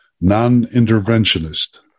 non-interventionist